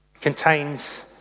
contains